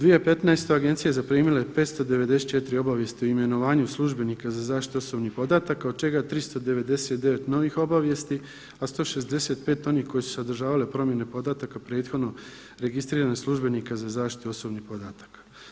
2015. agencija je zaprimila 594 obavijesti o imenovanju službenika za zaštitu osobnih podataka od čega 399 novih obavijesti, a 165 onih koje su sadržavale promjene podataka prethodno registriranih službenika za zaštitu osobnih podataka.